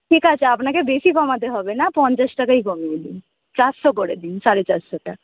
ঠিক আছে আপনাকে বেশি কমাতে হবে না পঞ্চাশ টাকাই কমিয়ে দিন চারশো করে দিন সাড়ে চারশোটা